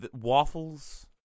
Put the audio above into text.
Waffles